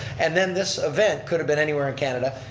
and then this event could've been anywhere in canada.